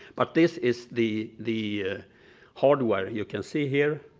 but this is the the hardware you can see here.